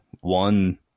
one